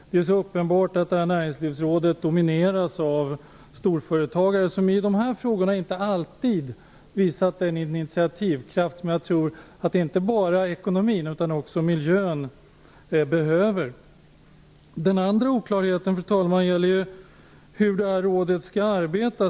Det är så uppenbart att Näringslivsrådet domineras av storföretagare, som i dessa frågor inte alltid visat den initiativkraft som jag tror att inte bara ekonomin utan också miljön behöver. Den andra oklarheten, fru talman, gäller hur detta råd skall arbete.